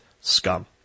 scum